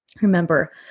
Remember